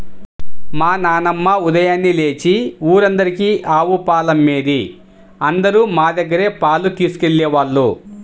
మా నాన్నమ్మ ఉదయాన్నే లేచి ఊరందరికీ ఆవు పాలమ్మేది, అందరూ మా దగ్గరే పాలు తీసుకెళ్ళేవాళ్ళు